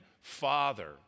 father